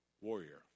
warrior